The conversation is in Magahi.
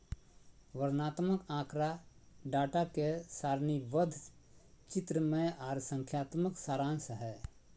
वर्णनात्मक आँकड़ा डाटा के सारणीबद्ध, चित्रमय आर संख्यात्मक सारांश हय